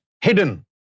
hidden